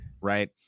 right